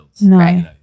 No